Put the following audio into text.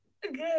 good